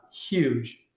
huge